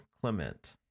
Clement